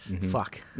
Fuck